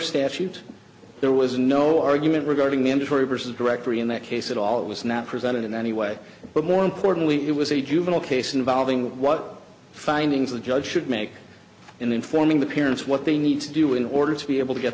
statute there was no argument regarding mandatory versus directory in that case at all it was not presented in any way but more importantly it was a juvenile case involving what findings the judge should make in informing the parents what they need to do in order to be able to get